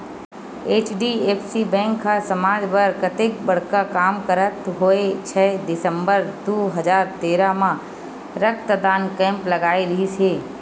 HDFC bank ह समाज बर अतेक बड़का काम करत होय छै दिसंबर दू हजार तेरा म रक्तदान कैम्प लगाय रिहिस हे